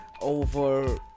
over